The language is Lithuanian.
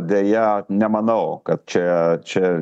deja nemanau kad čia čia